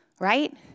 right